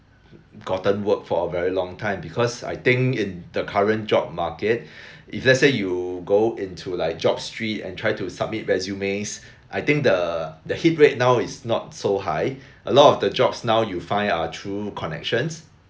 gotten work for a very long time because I think in the current job market if let's say you go into like job street and try to submit resumes I think the the hit rate now is not so high a lot of the jobs now you find are through connections